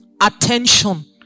attention